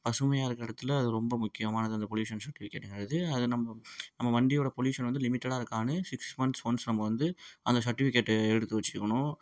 பசுமையாக இருக்கிற இடத்துல அது ரொம்ப முக்கியமானது அந்த பொல்யூஷன் சர்டிஃபிகேட்டுங்கிறது அது நம்ப நம்ம வண்டியோடய பொல்யூஷனை வந்து லிமிடெட்டாக இருக்கானு சிக்ஸ் மந்த்ஸ் ஒன்ஸ் நம்ம வந்து அந்த சர்ட்டிஃபிகேட்டை எடுத்து வைச்சுக்கணும்